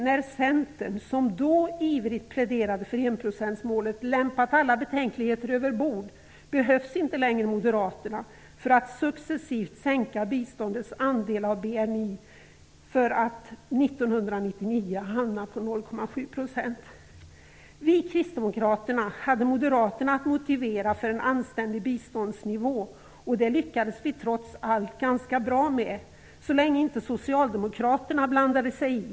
Nu när Centern, som då ivrigt pläderade för enprocentsmålet, lämpat alla betänkligheter över bord behövs inte längre Moderaterna för att successivt sänka biståndets andel av BNI för att 1999 hamna på 0,7 %. Vi kristdemokrater hade Moderaterna att motivera för en anständig biståndsnivå. Det lyckades vi trots allt ganska bra med så länge inte Socialdemokraterna blandade sig i.